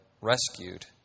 rescued